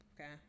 Okay